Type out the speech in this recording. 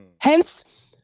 Hence